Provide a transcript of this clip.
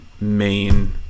main